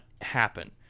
happen